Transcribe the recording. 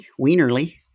Wienerly